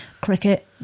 cricket